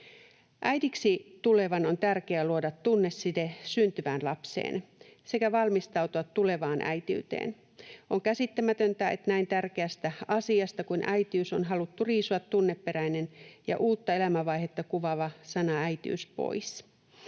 Äidiksi tulevan on tärkeää luoda tunneside syntyvään lapseen sekä valmistautua tulevaan äitiyteen. On käsittämätöntä, että näin tärkeästä asiasta kuin äitiys on haluttu riisua tunneperäinen ja uutta elämänvaihetta kuvaava sana ’äitiys’ pois.